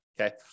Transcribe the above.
Okay